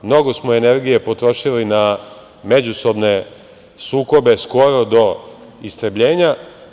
Mnogo smo energije potrošili na međusobne sukobe, skoro do istrebljenja.